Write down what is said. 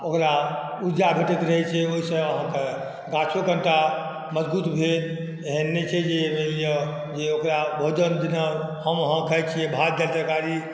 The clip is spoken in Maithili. ओकरा ऊर्जा भेटैत रहै छै ओइसँ आहाँ कऽ गाछो कनीटा मजगूत भेल एहेन नहि छै जे मानि लियऽ जे ओकरा भोजन बिना हम आहाँ खाय छियै भात दालि तरकारी